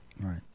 Right